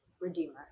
Redeemer